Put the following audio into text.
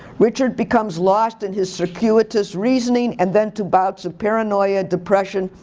richard becomes lost in his circuitous reasoning and then to bouts of paranoia, depression,